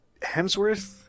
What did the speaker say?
Hemsworth